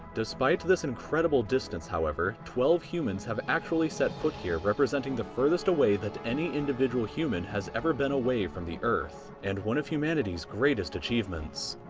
despite this incredible distance however, twelve humans have actually set foot here representing the farthest away that any individual human has ever been away from the earth and one of humanity's greatest achievements.